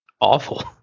awful